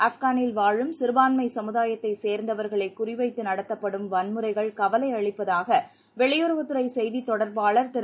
ஆப்கானில் வாழும் சிறுபான்மை சமுதாயத்தை சேர்ந்தவர்களை குறி வைத்து நடத்தப்படும் வனமுறைகள் கவலையளிப்பதாக வெளியுறவுத் துறை செய்தித் தொடர்பாளர் திரு